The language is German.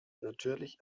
natürlich